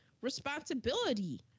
responsibility